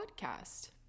podcast